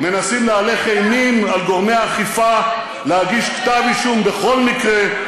מנסים להלך אימים על גורמי האכיפה להגיש כתב אישום בכל מקרה,